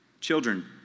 Children